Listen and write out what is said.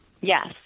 Yes